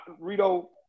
Rito